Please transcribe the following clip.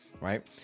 right